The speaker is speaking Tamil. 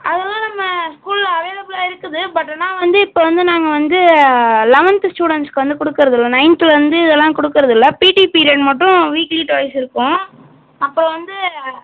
அதெலாம் நம்ம ஸ்கூலில் அவைலபுளாக இருக்குது பட் ஆனால் வந்து இப்போ வந்து நாங்கள் வந்து லெவன்த்து ஸ்டூடண்ட்ஸ்க்கு வந்து கொடுக்குறதுல்ல நையன்த்துலேருந்து இதெல்லாம் கொடுக்கறது இல்லை பிடி பீரியட் மட்டும் வீக்லி ட்வைஸ் இருக்கும் அப்போ வந்து